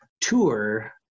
tour